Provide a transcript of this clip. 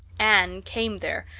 anne came there,